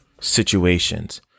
situations